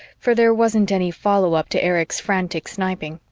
for there wasn't any follow-up to erich's frantic sniping.